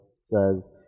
says